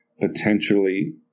potentially